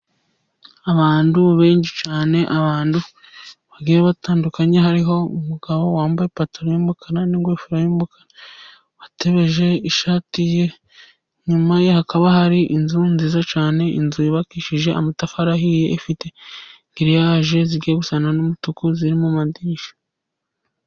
Abantu benshi cyane, abantu bagiye batandukanye, hariho umugabo wambaye ipantaro y'umukara n'ingofero y'umukara watebeje ishati ye. Inyuma ye hakaba hari inzu nziza cyane, inzu yubakishije amatafari ahiye, ifite giriyaje zigiye gusa n'umutuku, ziri mu madirishya.